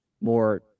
more